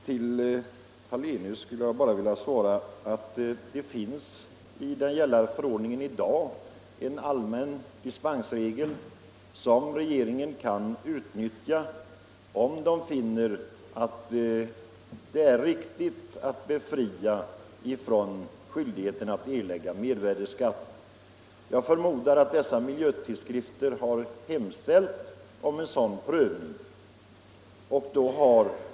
Till herr Hallenius vill jag säga att det finns i den gällande förordningen i dag en allmän dispensregel som regeringen kan utnyttja, om den finner det riktigt att befria från skyldigheten att erlägga mervärdeskatt. Jag förmodar att dessa miljötidskrifter har hemställt om en sådan prövning.